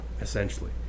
essentially